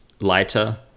lighter